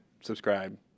subscribe